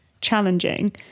challenging